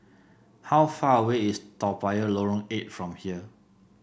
how far away is Toa Payoh Lorong Eight from here